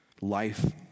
life